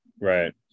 Right